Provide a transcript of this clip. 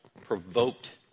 Provoked